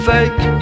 Fake